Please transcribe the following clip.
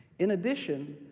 in addition,